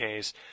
Ks